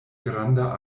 granda